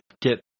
get